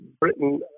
Britain